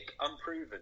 unproven